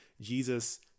Jesus